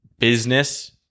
business